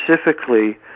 specifically